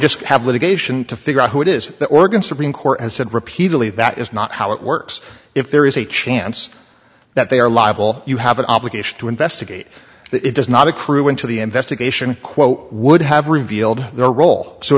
just have litigation to figure out who it is the organ supreme court has said repeatedly that is not how it works if there is a chance that they are liable you have an obligation to investigate that it does not accruing to the investigation quote would have revealed their role so